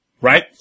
right